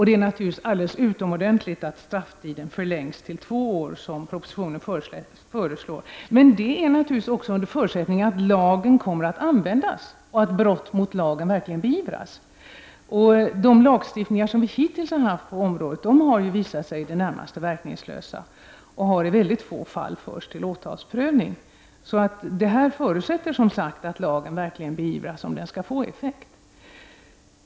Det är naturligtvis alldeles utomordentligt att strafftiden enligt propositionen förlängs till två år. Detta gäller naturligtvis under förutsättning att lagen kommer att användas, att brott mot lagen verkligen beivras. Den lagstiftning som vi hittills har haft på området har ju visat sig vara i det närmaste verkningslös. I mycket få fall har det blivit åtalsprövning. Skall lagen få effekt är förutsättningen att överträdelserna verkligen beivras.